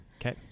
okay